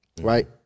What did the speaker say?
right